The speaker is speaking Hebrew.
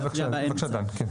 אז בבקשה, דן.